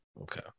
okay